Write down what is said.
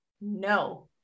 No